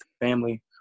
family